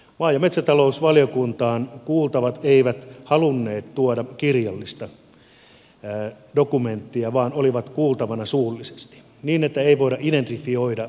maa ja metsätalousvaliokuntaan eivät kuultavat halunneet tuoda kirjallista dokumenttia vaan olivat kuultavana suullisesti niin että ei voida identifioida ketkä ovat olleet kuultavina